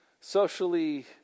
socially